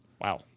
Wow